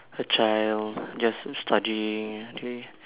a child just studying all day